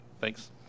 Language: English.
Thanks